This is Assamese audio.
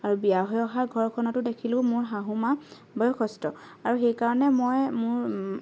বিয়া হৈ অহাৰ ঘৰখনতো দেখিলোঁ মোৰ শাহু মা বয়সস্থ আৰু সেই কাৰণে মই মোৰ